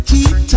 Keep